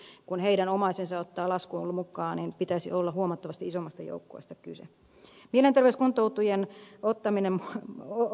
eli kun heidän omaisensa ottaa laskuun mukaan niin pitäisi olla huomattavasti isommasta joukkueesta kyse